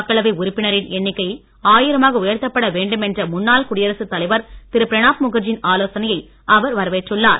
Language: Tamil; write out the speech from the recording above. மக்களவை உறுப்பினரின் எண்ணிக்கை ஆயிரமாக உயர்த்தப்பட வேண்டுமென்ற முன்னாள் குடியரசு தலைவர் திரு பிரணாப்முகர்ஜியின் ஆலோசனையை அவர் வரவேற்றுள்ளார்